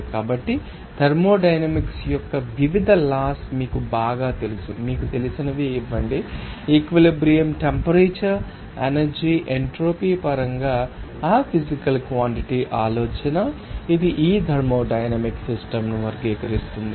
కాబట్టి థర్మోడైనమిక్స్ యొక్క వివిధ లాస్ మీకు బాగా తెలుసు మీకు తెలిసినవి ఇవ్వండి ఈక్విలిబ్రియం టెంపరేచర్ ఎనర్జీ ఎంట్రోపీ పరంగా ఆ ఫీజికల్ క్వాన్టటి ఆలోచన ఇది ఈ థర్మోడైనమిక్ సిస్టమ్ ను వర్గీకరిస్తుంది